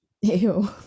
ew